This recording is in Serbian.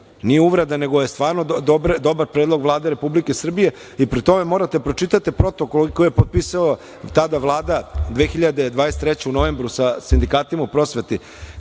nije uvreda nego je stvarno dobar predlog Vlade Republike Srbije i pri tome morate da pročitate protokol koji je propisala tada Vlada 2023. godine u novembru sa sindikatima u prosveti.